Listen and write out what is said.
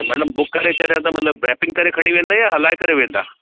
त madam book करे छॾिया त मतिलब रेपिंग करे खणी वेंदा या हलाए करे वेंदा